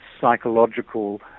psychological